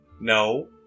No